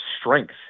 strength